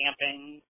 camping